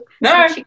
No